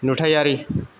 नुथायारि